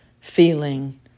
feeling